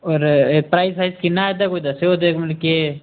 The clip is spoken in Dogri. होर प्राइस शाइस किन्ना ऐ एह्दा कोई दस्सेओ दे मतलब केह्